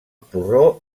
porró